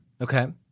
Okay